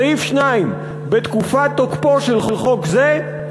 סעיף 2: בתקופת תוקפו של חוק זה,